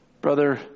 Brother